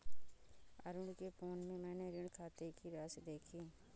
अरुण के फोन में मैने ऋण खाते की राशि देखी